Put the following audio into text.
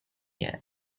yet